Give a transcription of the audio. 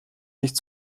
nicht